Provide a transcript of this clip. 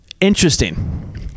interesting